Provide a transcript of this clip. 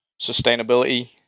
sustainability